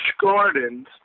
Gardens